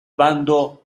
bando